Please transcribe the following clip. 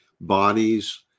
bodies